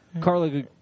Carla